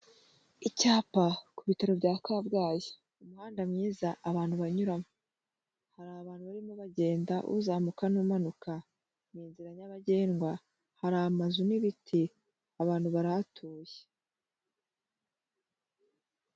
Icyapa ku bitaro bya Kabgayi umuhanda mwiza abantu banyuramo, hari abantu barimo bagenda uzamuka n'ummanuka ni inzira nyabagendwa, hari amazu n'ibiti abantu barahatuye.